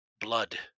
Blood